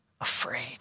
afraid